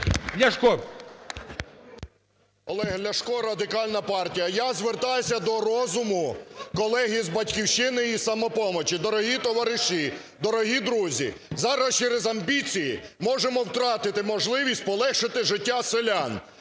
О.В. Олег Ляшко, Радикальна партія. Я звертаюся до розуму колег із "Батьківщини" і "Самопомочі". Дорогі товариші, дорогі друзі! Зараз через амбіції можемо втратити можливість полегшити життя селян.